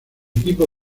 equipo